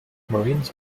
marines